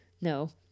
No